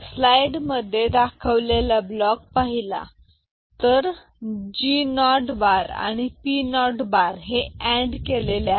slide मध्ये दाखवलेला block पाहिला तर G0बार आणि P0 बार हे अँड केलेले आहेत